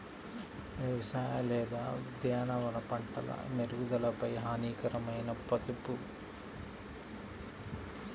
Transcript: వ్యవసాయ లేదా ఉద్యానవన పంటల పెరుగుదలపై హానికరమైన కలుపు ప్రభావం చూపుతుంది